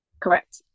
Correct